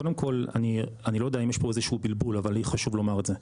קודם כל אני לא יודע אם יש פה איזשהו בלבול אבל לי חשוב לומר את זה.